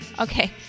Okay